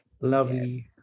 lovely